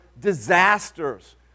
disasters